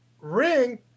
Ring